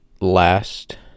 last